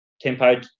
tempo